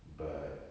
but